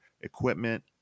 equipment